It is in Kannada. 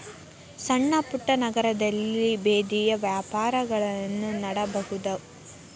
ಸಣ್ಣಪುಟ್ಟ ನಗರದಲ್ಲಿ ಬೇದಿಯ ವ್ಯಾಪಾರಗಳನ್ನಾ ನೋಡಬಹುದು